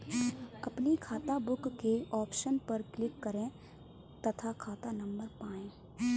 अपनी खाताबुक के ऑप्शन पर क्लिक करें तथा खाता नंबर पाएं